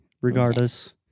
regardless